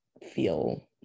feel